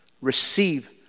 Receive